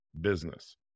business